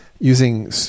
using